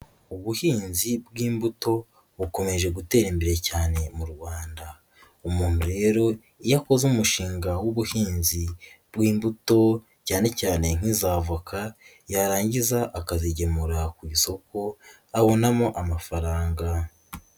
Ubuhinzi bw'imbuto bukomeje gutera imbere cyane mu Rwanda, umuntu rero iyo akoze umushinga w'ubuhinzi w'imbuto cyane cyane nk'iz'avoka yarangiza akazigemura ku isoko abonamo amafaranga.